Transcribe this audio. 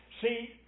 See